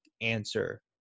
answer